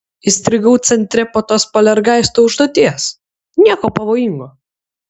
įstrigau centre po tos poltergeisto užduoties nieko pavojingo